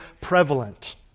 prevalent